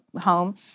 home